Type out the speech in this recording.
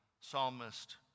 psalmist